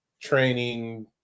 training